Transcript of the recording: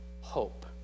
hope